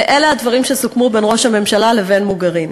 ואלה הדברים שסוכמו בין ראש הממשלה לבין מוגריני: